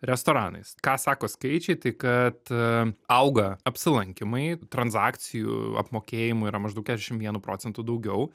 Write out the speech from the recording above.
restoranais ką sako skaičiai tai kad auga apsilankymai transakcijų apmokėjimų yra maždaug keturiasdešim vienu procentu daugiau